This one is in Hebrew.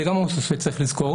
זה גם משהו שצריך לזכור.